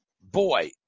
Boy